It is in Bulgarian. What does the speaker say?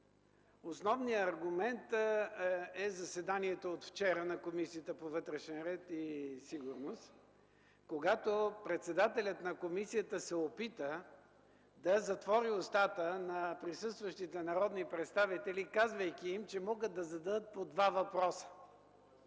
Основният момент е заседанието от вчера на Комисията по вътрешна сигурност и обществен ред, когато председателят на комисията се опита да затвори устата на присъстващите народни представители, казвайки им, че могат да зададат по два въпроса.